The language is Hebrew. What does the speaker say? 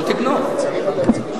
כל הזמן אני שוכח.